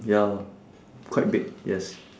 ya quite big yes